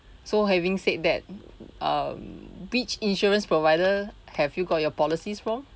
so having said that um which insurance provider have you got your policies from